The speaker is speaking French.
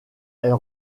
elle